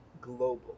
global